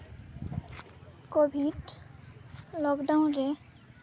covid lockdown ᱨᱮ